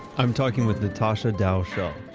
i'm talking with natasha dow schull